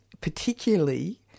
particularly